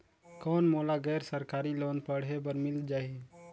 कौन मोला गैर सरकारी लोन पढ़े बर मिल जाहि?